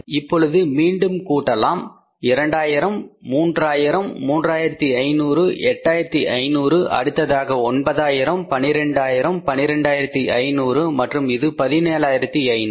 இப்பொழுது மீண்டும் கூட்டலாம் 2000 3000 3500 8500 அடுத்ததாக 9000 12000 12500 மற்றும் இது 17500